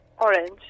Orange